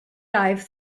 dive